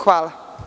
Hvala.